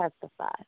testify